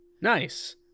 nice